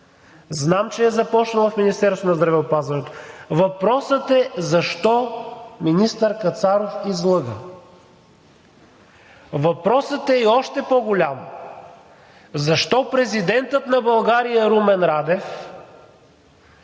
Знам, че е започнала в Министерството на здравеопазването. Въпросът е: защо министър Кацаров излъга? Въпросът е и още по-голям: защо президентът на България Румен Радев